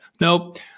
Nope